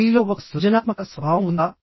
మీలో ఒక సృజనాత్మక స్వభావం ఉందా